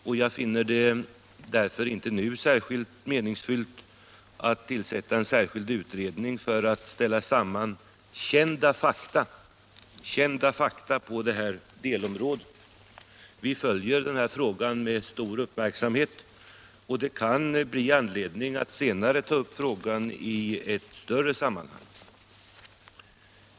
Jag finner det därför inte nu direkt meningsfullt att tillsätta en särskild utredning för att ställa samman kända fakta på det här delområdet. Vi följer frågan med stor uppmärksamhet, och det kan bli anledning att senare ta upp den i ett större sammanhang.